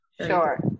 Sure